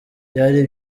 byari